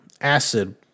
acid